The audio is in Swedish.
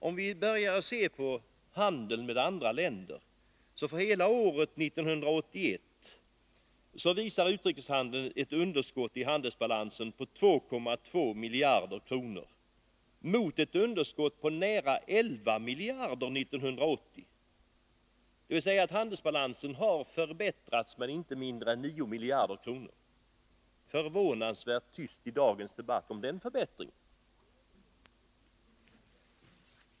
Om vi ser på utrikeshandeln finner vi att underskottet i handelsbalansen var 2,2 miljarder kronor år 1981, medan det 1980 var nära 11 miljarder. Handelsbalansen har alltså förbättrats med inte mindre än 9 miljarder kronor. Det har i dagens debatt varit förvånansvärt tyst om den förbättringen.